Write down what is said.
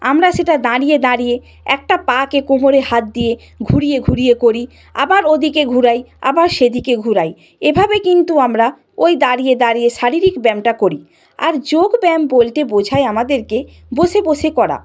আমরা সেটা দাঁড়িয়ে দাঁড়িয়ে একটা পা কি কোমরে হাত দিয়ে ঘুরিয়ে ঘুরিয়ে করি আবার ওদিকে ঘোরাই আবার সেদিকে ঘোরাই এভাবে কিন্তু আমরা ওই দাঁড়িয়ে দাঁড়িয়ে শারীরিক ব্যায়ামটা করি আর যোগব্যায়াম বলতে বোঝায় আমাদেরকে বসে বসে করা